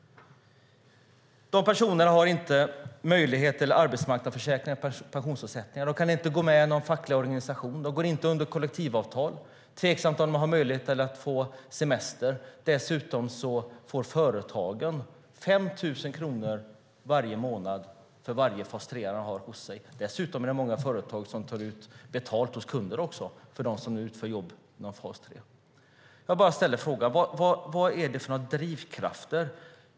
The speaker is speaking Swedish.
De har inte möjlighet till arbetsmarknadsförsäkringar och pensionsavsättningar. De kan inte gå med i någon facklig organisation. De går inte under kollektivavtal. Det är tveksamt om de har möjlighet att få semester. Dessutom får företagen 5 000 kronor varje månad för varje fas 3:are de har hos sig. Det är också många företag som tar betalt av kunder för dem som nu utför jobb inom fas 3. Jag bara ställer frågan: Vad finns det för drivkrafter?